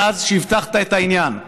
שמאז שהבטחת את העניין,